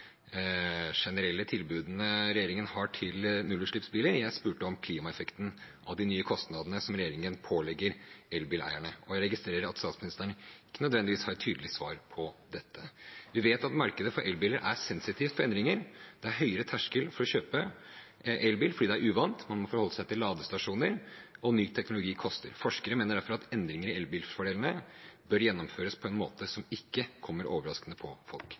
tilbudene regjeringen har til nullutslippsbiler. Jeg spurte om klimaeffekten av de nye kostnadene som regjeringen pålegger elbileierne. Jeg registrerer at statsministeren ikke nødvendigvis har et tydelig svar på dette. Vi vet at markedet for elbiler er sensitivt for endringer. Det er høyere terskel for å kjøpe elbil fordi det er uvant, man må forholde seg til ladestasjoner, og ny teknologi koster. Forskere mener derfor at endringer i elbilfordelen bør gjennomføres på en måte som ikke kommer overraskende på folk.